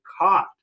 caught